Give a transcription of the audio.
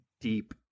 deep